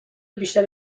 بیشتر